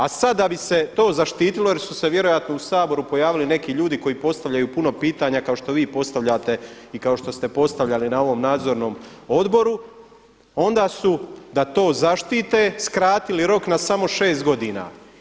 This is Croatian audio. A sada da bi se to zaštitilo jer su se vjerojatno u Saboru pojavili neki ljudi koji postavljaju puno pitanja kao što vi postavljate i kao što ste postavljali na ovom nadzornom odboru, onda su da to zaštite skratili rok na samo šest godina.